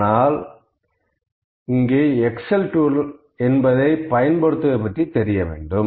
ஆனால் இதற்கு Excel tool பயன்படுத்துவது பற்றி தெரிய வேண்டும்